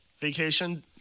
vacation